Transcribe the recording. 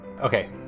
Okay